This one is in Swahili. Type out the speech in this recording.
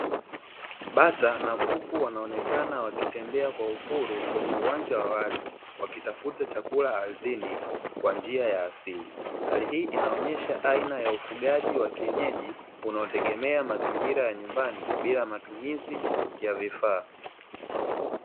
Bata na kuku wanaonekana wakitembea kwa uhuru kwenye uwanja wa wazi wakitafuta chakula ardhini kwa njia ya asili. Hali hii inaonyesha aina ya ufugaji wa kienyeji unaotegemea mazingira ya nyumbani bila matumizi ya vifaa.